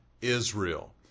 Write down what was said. Israel